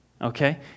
okay